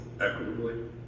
equitably